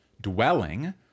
dwelling